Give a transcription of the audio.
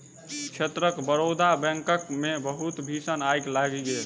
क्षेत्रक बड़ौदा बैंकक मे बहुत भीषण आइग लागि गेल